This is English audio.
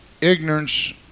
ignorance